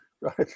right